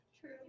True